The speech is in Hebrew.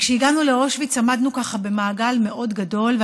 וכשהגענו לאושוויץ עמדנו ככה במעגל מאוד גדול,